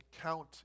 count